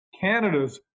Canada's